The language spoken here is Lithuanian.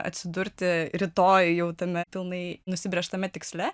atsidurti rytoj jau tame pilnai nusibrėžtame tiksle